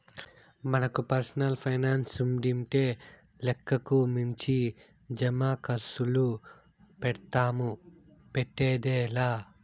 మనకు పర్సనల్ పైనాన్సుండింటే లెక్కకు మించి జమాకర్సులు పెడ్తాము, పెట్టేదే లా